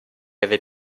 avait